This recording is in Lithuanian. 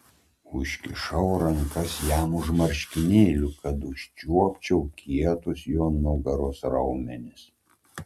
užkišau rankas jam už marškinėlių kad užčiuopčiau kietus jo nugaros raumenis